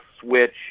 switch